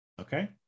Okay